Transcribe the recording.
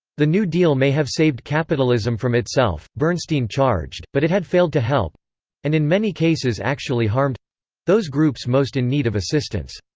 the new deal may have saved capitalism from itself, bernstein charged, but it had failed to help and in many cases actually harmed those groups most in need of assistance.